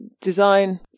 design